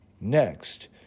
Next